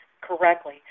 correctly